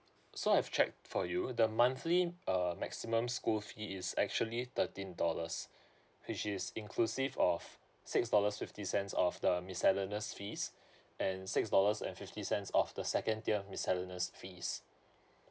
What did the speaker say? so I've checked for you the monthly uh maximum school fee is actually thirteen dollars which is inclusive of six dollars fifty cents of the miscellaneous fees and six dollars and fifty cents of the second tier miscellaneous fees